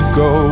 go